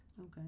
Okay